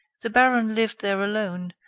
the baron lived there alone,